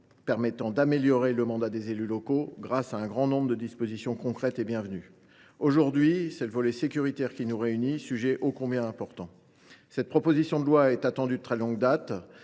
permettant d’améliorer le mandat des élus locaux grâce à un grand nombre de dispositions concrètes et bienvenues. Aujourd’hui, c’est le volet sécuritaire qui nous réunit, sujet ô combien important ! Cette proposition de loi est attendue de très longue date.